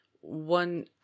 one